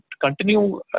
continue